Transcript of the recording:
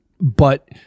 but-